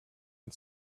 and